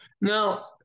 Now